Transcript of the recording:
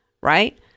Right